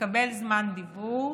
מקבל זמן דיבור.